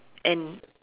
and